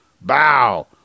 Bow